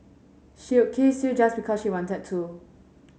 she would kiss you just because she wanted to